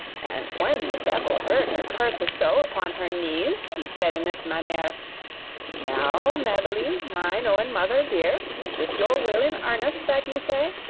and when the devil heard her curse so upon her knees, he said in this mannere now, mabily, mine owen mother dear, is this your will in earnest that ye say?